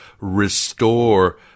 restore